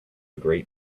great